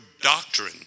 doctrine